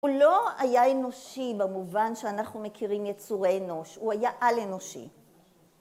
הוא לא היה אנושי במובן שאנחנו מכירים יצורי אנוש, הוא היה על-אנושי.